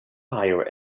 higher